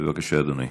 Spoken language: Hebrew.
בבקשה, אדוני.